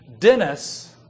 Dennis